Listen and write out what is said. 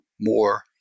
more